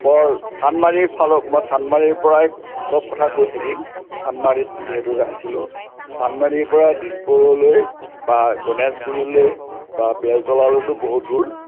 বৰ চান্দমাৰী ফালৰ মই চান্দমাৰীৰ পৰাই চব কথা কৈ থাকিম চান্দমাৰীত যিহেতু আছিলোঁ চান্দমাৰীৰ পৰা দিছপুৰলৈ বা গণেশগুৰিলৈ বা বেলতলালেতো বহুত দূৰ